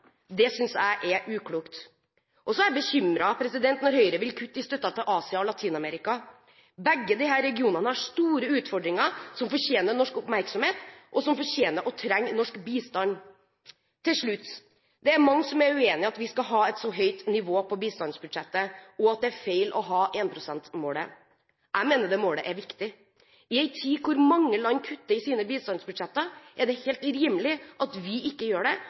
Det synes jeg er uklokt. Så er jeg bekymret når Høyre vil kutte i støtten til Asia og Latin-Amerika. Begge disse regionene har store utfordringer, som fortjener norsk oppmerksomhet, og som fortjener og trenger norsk bistand. Til slutt: Det er mange som er uenig i at vi skal ha et så høyt nivå på bistandsbudsjettet, og at det er feil å ha 1 pst.-målet. Jeg mener det målet er viktig. I en tid hvor mange land kutter i sine bistandsbudsjetter, er det helt rimelig at vi ikke gjør det,